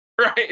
Right